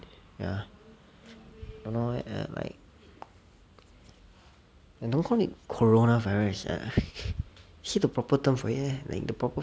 ya I don't know eh like don't call it corona virus say the proper term for it eh like the proper